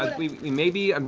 we may be, and